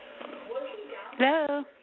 Hello